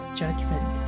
judgment